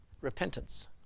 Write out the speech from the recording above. repentance